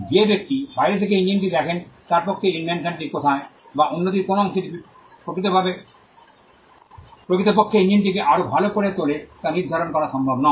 যে ব্যক্তি বাইরে থেকে ইঞ্জিনটি দেখেন তার পক্ষে ইনভেনশনটি কোথায় বা উন্নতির কোন অংশটি প্রকৃতপক্ষে ইঞ্জিনটিকে আরও ভাল করে তোলে তা নির্ধারণ করা সম্ভব নয়